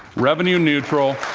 revenue neutral,